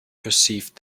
perceived